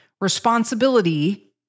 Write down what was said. responsibility